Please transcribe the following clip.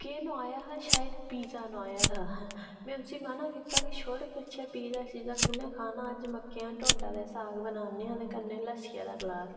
केह् नुहाया हा शैद पिज्जा नुहाया हा ते में उसी आखेआ छोड़ पिच्छें पिज्जा कुन्नै खाना ते मक्कें दा ढोड्डा ते साग बनान्ने आं कन्नै लस्सी दा गलास